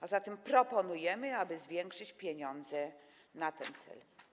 A zatem proponujemy, aby zwiększyć pieniądze na ten cel.